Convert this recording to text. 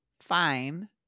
Fine